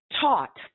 taught